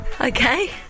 Okay